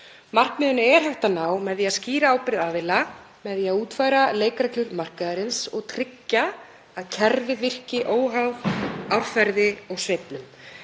Markmiðinu er hægt að ná með því að skýra ábyrgð aðila, með því að útfæra leikreglur markaðarins og tryggja að kerfið virki óháð árferði og sveiflum.